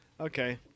Okay